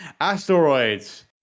Asteroids